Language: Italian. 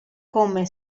come